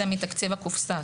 זה מתקציב הקופסה.